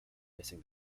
missing